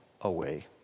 away